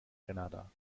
grenada